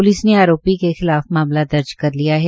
police ने आरोपी के खिलाफ मामला दर्ज कर लिया है